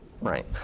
Right